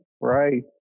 Right